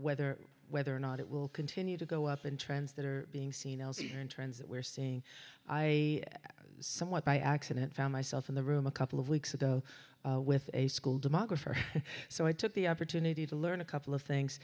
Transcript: whether whether or not it will continue to go up in trends that are being seen in trends that we're seeing i somewhat by accident found myself in the room a couple of weeks ago with a school demographer so i took the opportunity to learn a couple of things